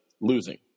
losing